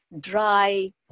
dry